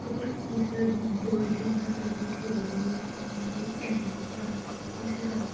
अगर कुसै दा बर्थडे होंदा मेरी स्हेलियें होर मेरी भैना भ्राऽ दा कुसै दा बी